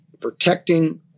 protecting